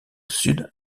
sud